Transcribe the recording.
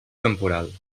temporal